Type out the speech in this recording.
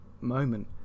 moment